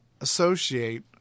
associate